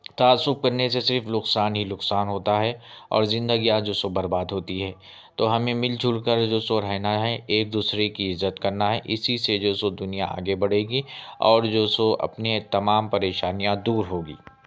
تعصب کرنے سے صرف نقصان ہی نقصان ہوتا ہے اور زندگیا جو سو برباد ہوتی ہے تو ہمیں مل جل کر جو سو رہنا ہے ایک دوسرے کی عزت کرنا ہے اسی سے جو سو دنیا آگے بڑھے گی اور جو سو اپنے تمام پریشانیاں دور ہوگی